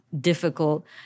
difficult